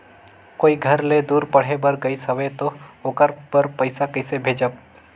कोई घर ले दूर पढ़े बर गाईस हवे तो ओकर बर पइसा कइसे भेजब?